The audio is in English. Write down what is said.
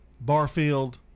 Barfield